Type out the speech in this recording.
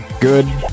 good